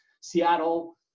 Seattle